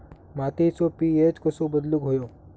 मातीचो पी.एच कसो बदलुक होयो?